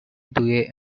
dewey